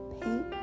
Paint